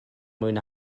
mwyn